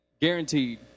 guaranteed